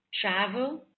travel